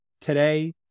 today